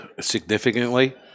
significantly